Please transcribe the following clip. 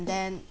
then